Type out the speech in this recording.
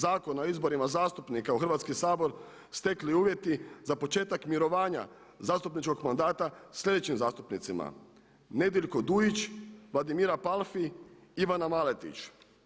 Zakona o izborima zastupnika u Hrvatski sabor stekli uvjeti za početak mirovanja zastupničkog mandata sljedećim zastupnicima: Nediljko Dujić, Vladimira Palfi, Ivana Maletić.